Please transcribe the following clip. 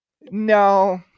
No